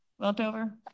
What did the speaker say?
weltover